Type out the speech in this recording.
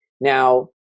Now